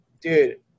dude